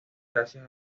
gracias